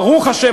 ברוך השם,